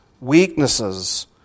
weaknesses